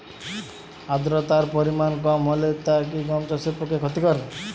আর্দতার পরিমাণ কম হলে তা কি গম চাষের পক্ষে ক্ষতিকর?